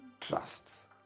trusts